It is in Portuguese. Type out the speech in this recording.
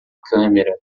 câmera